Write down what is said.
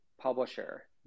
publisher